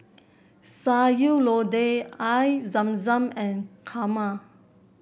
Sayur Lodeh Air Zam Zam and kurma